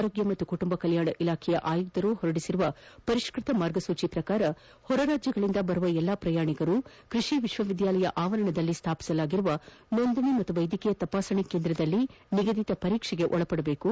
ಆರೋಗ್ಯ ಮತ್ತು ಕುಟುಂಬ ಕಲ್ಯಾಣ ಇಲಾಖೆಯ ಆಯುಕ್ತರು ಹೊರಡಿಸಿರುವ ಪರಿಷ್ಕೃತ ಮಾರ್ಗಸೂಚಿ ಪ್ರಕಾರ ಹೊರರಾಜ್ಯಗಳಿಂದ ಬರುವ ಎಲ್ಲಾ ಪ್ರಯಾಣಿಕರು ಕೃಷಿ ವಿಶ್ವವಿದ್ಯಾಲಯ ಆವರಣದಲ್ಲಿ ಸ್ವಾಪಿಸಲಾಗಿರುವ ನೋಂದಣಿ ಮತ್ತು ವೈದ್ಯಕೀಯ ತಪಾಸಣೆ ಕೇಂದ್ರದಲ್ಲಿ ನಿಗದಿತ ಪರೀಕ್ಷೆಗೆ ಒಳಪಡಬೇಕು